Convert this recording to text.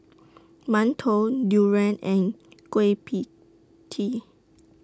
mantou Durian and Kueh PIE Tee